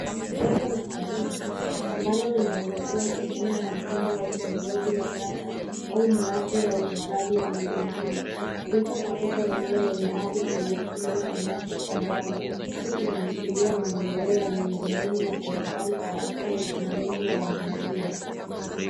Jengo la saruji ambalo linaweza kuwa sehemu ya mfumo wa usimamizi wa taka au mradi wa uhifadhi wa mazingira. Iko katika eneo lenye ardhi iliyo chimbwa na nyasi kwa mbali. Hii inaashiria maendeleo ya miundo mbinu ya serikali kwa ajili ya usimamizi wa mazingira.